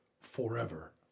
forever